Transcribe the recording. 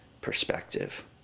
perspective